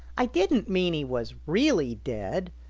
i didn't mean he was really dead,